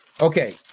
okay